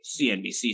CNBC